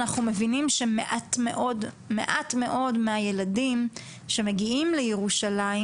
אנחנו מבינים שמעט מאוד מהילדים שמגיעים לירושלים,